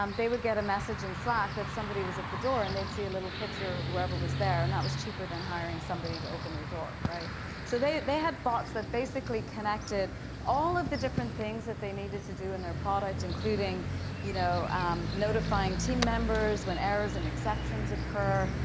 um they would get a message in slack that somebody was at the door and they'd see a little picture of whoever was there. and that was cheaper than hiring somebody to open their door. so they they had bots that basically connected all of the different things that they needed to do in their product including you know um notifying team members when errors and exceptions occur.